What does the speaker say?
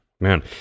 Man